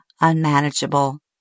unmanageable